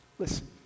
Listen